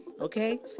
okay